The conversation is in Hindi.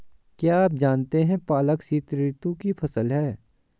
क्या आप जानते है पालक शीतऋतु की फसल है?